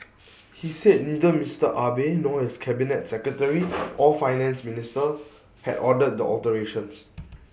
he said neither Mister Abe nor his cabinet secretary or Finance Minister had ordered the alterations